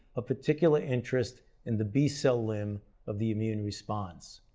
a particular interest in the b-cell limb of the immune response.